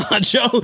Joe